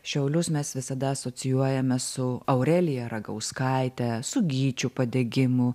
šiaulius mes visada asocijuojame su aurelija ragauskaite su gyčiu padegimu